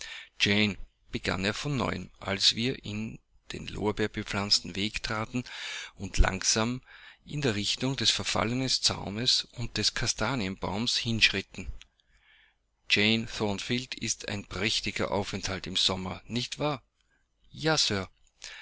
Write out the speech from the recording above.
begann er von neuem als wir in den lorbeerbepflanzten weg traten und langsam in der richtung des verfallenen zaunes und des kastanienbaumes hinschritten jane thornfield ist ein prächtiger aufenthalt im sommer nicht wahr ja sir